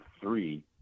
three